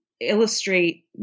illustrate